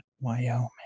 Wyoming